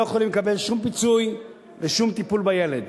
יכולים לקבל שום פיצוי ושום טיפול בילד.